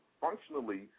functionally